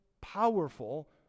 powerful